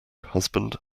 husband